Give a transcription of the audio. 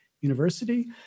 University